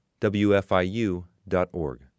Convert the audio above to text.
wfiu.org